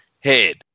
head